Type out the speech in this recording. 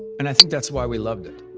and i think that's why we loved it.